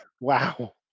Wow